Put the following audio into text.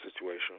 situation